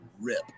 rip